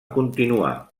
continuar